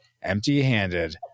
empty-handed